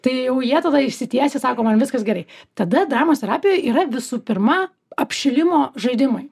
tai jau jie tada išsitiesia sako man viskas gerai tada dramos terapijoj yra visų pirma apšilimo žaidimai